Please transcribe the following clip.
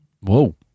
Whoa